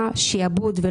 ראיתי שהם משעבדים אותם.